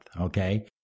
okay